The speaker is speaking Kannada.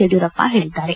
ಯಡಿಯೂರಪ್ಪ ಹೇಳಿದ್ದಾರೆ